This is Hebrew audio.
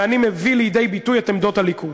ואני מביא לידי ביטוי את עמדות הליכוד,